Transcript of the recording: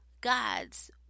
God's